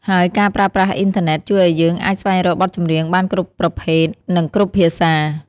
ហើយការប្រើប្រាស់អ៊ីនធឺណិត ជួយឱ្យយើងអាចស្វែងរកបទចម្រៀងបានគ្រប់ប្រភេទ និងគ្រប់ភាសា។